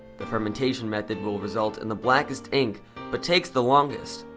the fermentation method will result in the blackest ink but takes the longest.